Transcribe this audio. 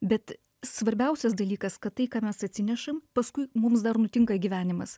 bet svarbiausias dalykas kad tai ką mes atsinešam paskui mums dar nutinka gyvenimas